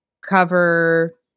cover